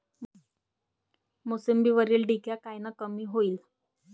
मोसंबीवरील डिक्या कायनं कमी होईल?